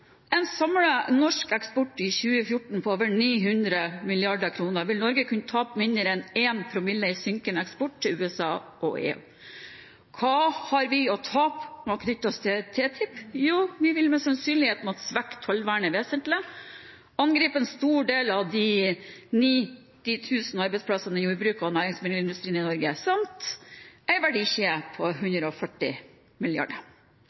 en samlet norsk eksport i 2014 på over 900 mrd. kr vil Norge kunne tape mindre enn 1 promille i synkende eksport til USA og EU. Hva har vi å tape på å knytte oss til TTIP? Jo, vi vil med all sannsynlighet måtte svekke tollvernet vesentlig og angripe en stor del av de 90 000 arbeidsplassene i jordbruket og næringsmiddelindustrien i Norge, samt en verdikjede på